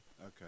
Okay